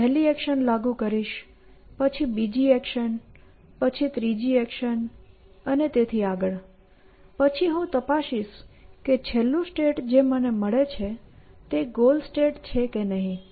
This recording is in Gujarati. હું પહેલી એક્શન લાગુ કરીશ પછી બીજી એક્શન પછી ત્રીજી એક્શન અને તેથી વધુ અને હું તપાસીશ કે છેલ્લું સ્ટેટ જે મને મળે છે તે ગોલ સ્ટેટ છે કે નહીં